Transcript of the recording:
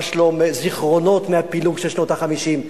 מה שלום, זיכרונות מהפילוג של שנות ה-50.